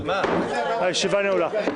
הישיבה נעולה.